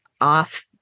off